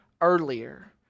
earlier